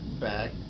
back